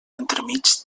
entremig